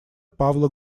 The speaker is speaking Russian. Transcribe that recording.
павла